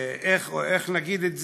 איך נגיד את זה,